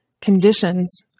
conditions